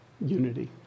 unity